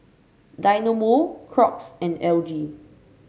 Dynamo Crocs and L G